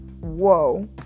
whoa